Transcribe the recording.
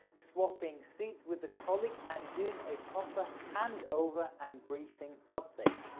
swapping seats with the colleague and doing a proper hand over and briefing update.